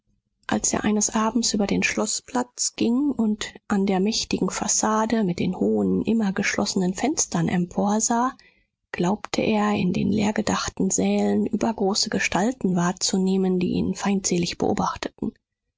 als er eines abends über den schloßplatz ging und an der mächtigen fassade mit den hohen immer geschlossenen fenstern emporsah glaubte er in den leergedachten sälen übergroße gestalten wahrzunehmen die ihn feindselig beobachteten